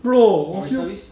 bro 我是